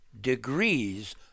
degrees